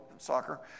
soccer